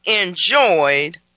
enjoyed